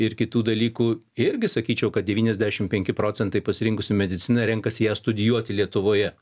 ir kitų dalykų irgi sakyčiau kad devyniasdešim penki procentai pasirinkusių mediciną renkasi ją studijuoti lietuvoje